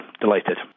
Delighted